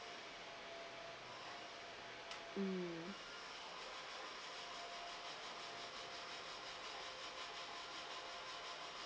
mm